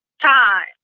time